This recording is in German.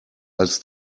als